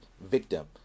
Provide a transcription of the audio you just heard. victim